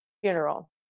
funeral